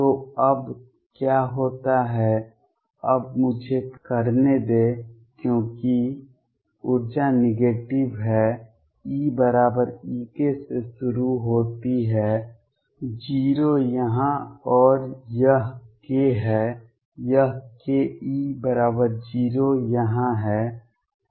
तो अब क्या होता है अब मुझे करने दें क्योंकि ऊर्जा नेगेटिव है E बराबर E से शुरू होती है 0 यहाँ और यह k है यह k E 0 यहाँ है